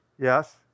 Yes